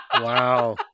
Wow